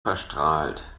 verstrahlt